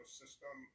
system